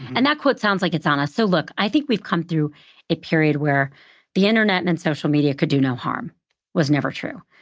and that quote sounds like it's on us. so look, i think we've come through a period where the internet and and social media could do no harm was never true.